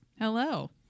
Hello